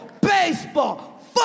baseball